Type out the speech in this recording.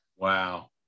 Wow